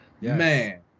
Man